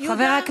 יהודה,